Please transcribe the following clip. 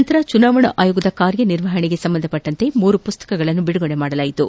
ನಂತರ ಚುನಾವಣಾ ಆಯೋಗದ ಕಾರ್ಯನಿರ್ವಹಣೆಗೆ ಸಂಬಂಧಿಸಿದ ಮೂರು ಪುಸ್ತಕಗಳನ್ನು ಬಿಡುಗಡೆ ಮಾಡಲಾಯಿತು